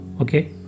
okay